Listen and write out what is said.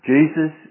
Jesus